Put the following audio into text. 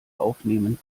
aufnehmen